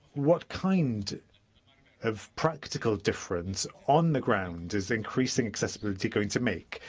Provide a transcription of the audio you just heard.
what kind of practical difference, on the ground, is increasing accessibility going to make?